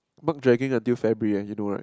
Mark dragging until February and you know right